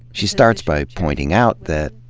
she starts by pointing out that,